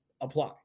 apply